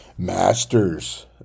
Masters